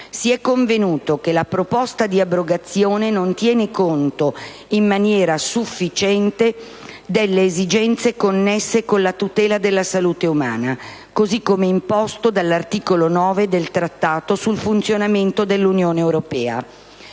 si è convenuto che la proposta di abrogazione non tiene conto in maniera sufficiente delle «esigenze connesse con la tutela della salute umana», così come imposto dall'articolo 9 del Trattato sul funzionamento dell'Unione europea.